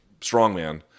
strongman